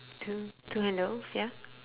two two handles ya